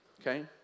okay